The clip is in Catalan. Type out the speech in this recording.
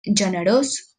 generós